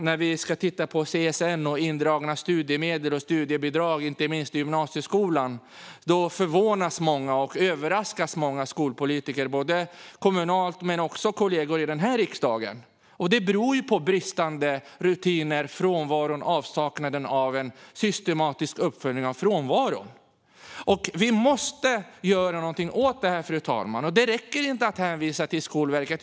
När vi tittar på CSN och indragna studiemedel och studiebidrag, inte minst i gymnasieskolan, förvånas och överraskas många skolpolitiker, både kommunalt och här i riksdagen. Detta beror på bristande rutiner och avsaknad av en systematisk uppföljning av frånvaron. Fru talman! Vi måste göra något åt detta. Det räcker inte att hänvisa till Skolverket.